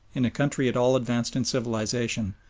in a country at all advanced in civilisation,